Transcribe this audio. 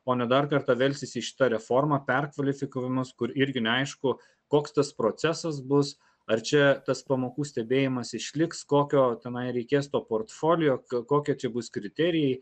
o ne dar kartą velsis į šitą reformą perkvalifikavimas kur irgi neaišku koks tas procesas bus ar čia tas pamokų stebėjimas išliks kokio tenai reikės to portfolio kokie čia bus kriterijai